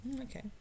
Okay